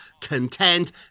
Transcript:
content